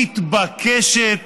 מתבקשת,